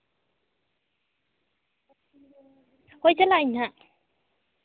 ᱦᱳᱭ ᱪᱟᱞᱟᱜ ᱤᱧ ᱦᱟᱸᱜ